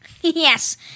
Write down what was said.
Yes